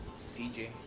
CJ